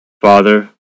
Father